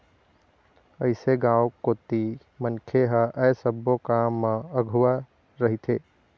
अइसे गाँव कोती मनखे ह ऐ सब्बो काम म अघुवा रहिथे